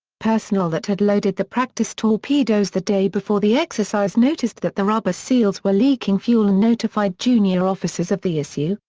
personnel that had loaded the practice torpedoes the day before the exercise noticed that the rubber seals were leaking fuel and notified junior officers of the issue,